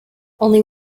only